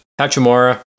Hachimura